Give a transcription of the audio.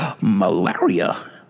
Malaria